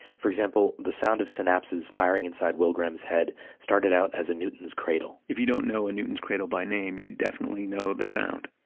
for example, the sound of synapses firing inside will graham's head started out as a newton's cradle if you don't know a newton's cradle by name, you definitely know the sound